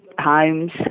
homes